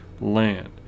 land